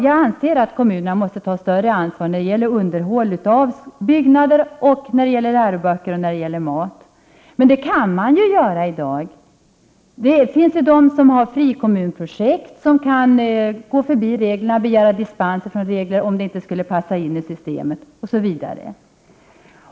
Jag anser att kommunerna måste ta större ansvar när det gäller underhåll av byggnader, när det gäller läroböcker och mat. Men det kan man ju görai Prot. 1988/89:63 dag. Det finns kommuner som har frikommunprojekt och som kan begära 8 februari 1989 dispens från regler om projektet inte skulle passa in i systemet, osv.